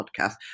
podcast